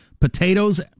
potatoes